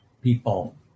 people